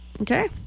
okay